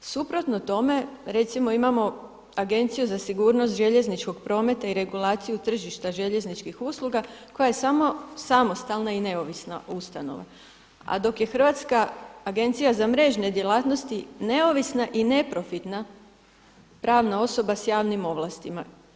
Suprotno tome recimo imamo Agenciju za sigurnost željezničkog prometa i regulaciju tržišta željezničkih usluga koja je samo samostalna i neovisna ustanova, a dok je Hrvatska agencija za mrežne djelatnosti neovisna i neprofitna pravna osoba sa javnim ovlastima.